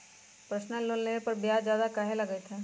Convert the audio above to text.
Personal loan लेबे पर ब्याज ज्यादा काहे लागईत है?